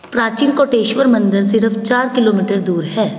ਪ੍ਰਾਚੀਨ ਕੋਟੇਸ਼ਵਰ ਮੰਦਰ ਸਿਰਫ ਚਾਰ ਕਿਲੋਮੀਟਰ ਦੂਰ ਹੈ